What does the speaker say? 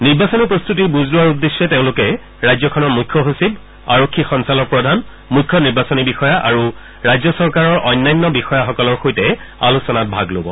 নিৰ্বাচনী প্ৰস্তুতিৰ বুজ লোৱাৰ উদ্দেশ্যে তেওঁলোকে ৰাজ্যখনৰ মুখ্য সচিব আৰক্ষী সঞ্চালক প্ৰধান মুখ্য নিৰ্বাচনী বিষয়া আৰু ৰাজ্য চৰকাৰৰ অন্যান্য বিষয়াসকলৰ সৈতে আলোচনাত ভাগ লব